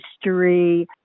history